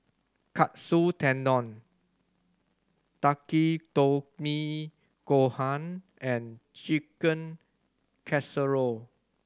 Katsu Tendon Takikomi Gohan and Chicken Casserole